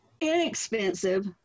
inexpensive